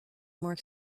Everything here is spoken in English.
more